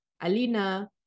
Alina